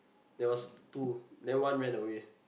there was two then one ran away